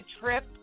trip